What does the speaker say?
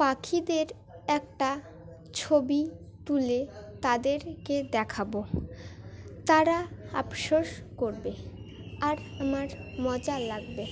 পাখিদের একটা ছবি তুলে তাদেরকে দেখাবো তারা আফসোস করবে আর আমার মজা লাগবে